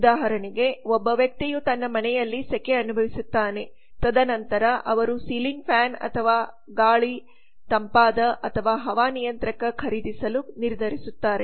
ಉದಾಹರಣೆಗೆ ಒಬ್ಬ ವ್ಯಕ್ತಿಯು ತನ್ನ ಮನೆಯಲ್ಲಿ ಸೆಕೆ ಅನುಭವಿಸುತ್ತಾನೆ ತದನಂತರ ಅವರು ಸೀಲಿಂಗ್ ಫ್ಯಾನ್ ಅಥವಾ ಗಾಳಿ ತಂಪಾದ ಅಥವಾ ಹವಾನಿಯಂತ್ರಕ ಖರೀದಿಸಲು ನಿರ್ಧರಿಸುತ್ತಾಳೆ